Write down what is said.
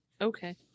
Okay